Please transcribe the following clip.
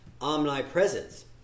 Omnipresence